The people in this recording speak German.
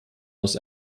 aus